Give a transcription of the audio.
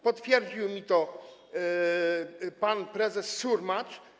Potwierdził mi to pan prezes Surmacz.